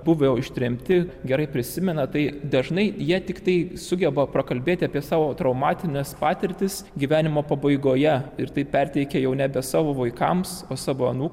buvo ištremti gerai prisimena tai dažnai jie tiktai sugeba prakalbėti apie savo traumatines patirtis gyvenimo pabaigoje ir tai perteikia jau nebe savo vaikams o savo anūkams